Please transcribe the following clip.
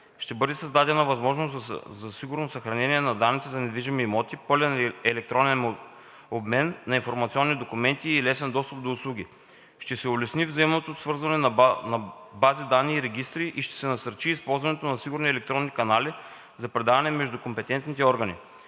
Ще бъде създадена възможност за сигурно съхранение на данните за недвижимите имоти, пълен електронен обмен на информационни документи и лесен достъп до услуги. Ще се улесни взаимното свързване на бази данни и регистри и ще се насърчи използването на сигурни електронни канали за предаване между компетентните органи.